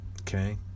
okay